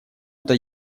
это